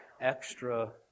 extra